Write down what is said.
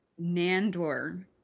Nandor